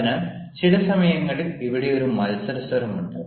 അതിനാൽ ചില സമയങ്ങളിൽ ഇവിടെ ഒരു മത്സര സ്വരം ഉണ്ട്